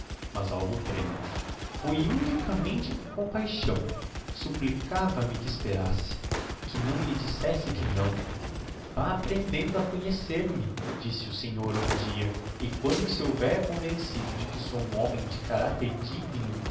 mas algo trémula foi unicamente por compaixão supplicava me que esperasse que lhe não dissesse que não vá aprendendo a conhecer me disse o senhor um dia e quando se houver convencido de que sou um homem de caracter digno